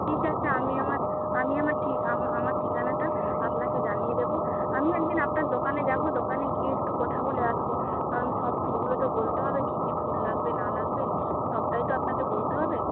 ঠিক আছে আমি আমার আমি আমার আমার ঠিকানাটা আপনাকে জানিয়ে দেবো আমিও একদিন আপনার দোকানে যাব দোকানে গিয়ে একটু কথা বলে আসব কারণ সব ফুলগুলো তো বলতে হবে কী কী ফুল লাগবে না লাগবে সবটাই তো আপনাকে বলতে হবে